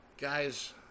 Guys